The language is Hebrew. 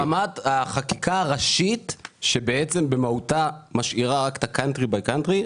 ברמת החקיקה הראשית שבעצם במהותה משאירה רק את ה-country by country,